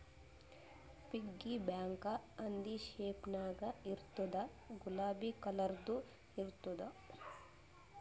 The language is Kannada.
ಪಿಗ್ಗಿ ಬ್ಯಾಂಕ ಹಂದಿ ಶೇಪ್ ನಾಗ್ ಇರ್ತುದ್ ಗುಲಾಬಿ ಕಲರ್ದು ಇರ್ತುದ್